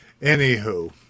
anywho